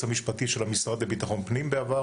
המשפטי של המשרד לביטחון פנים בעבר,